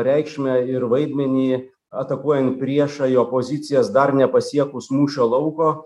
reikšmę ir vaidmenį atakuojant priešą jo pozicijas dar nepasiekus mūšio lauko